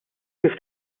kif